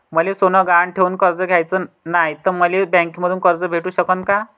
मले सोनं गहान ठेवून कर्ज घ्याचं नाय, त मले बँकेमधून कर्ज भेटू शकन का?